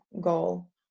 goal